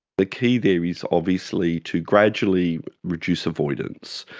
the key there is obviously to gradually reduce avoidance.